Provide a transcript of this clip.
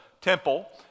temple